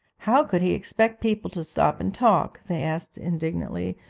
how could he expect people to stop and talk they asked indignantly,